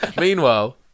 Meanwhile